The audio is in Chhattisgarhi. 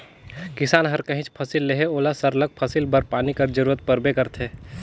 किसान हर काहींच फसिल लेहे ओला सरलग फसिल बर पानी कर जरूरत परबे करथे